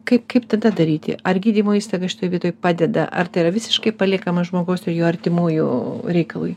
kaip kaip tada daryti ar gydymo įstaiga šitoj vietoj padeda ar tai yra visiškai paliekama žmogaus ir jo artimųjų reikalui